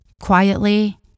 quietly